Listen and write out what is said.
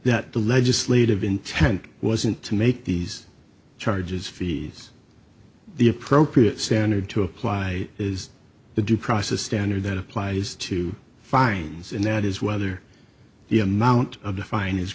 that the legislative intent wasn't to make these charges fees the appropriate standard to apply is the due process standard that applies to finds and that is whether the amount of the fine